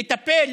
לטפל,